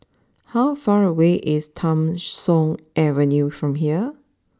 how far away is Tham Soong Avenue from here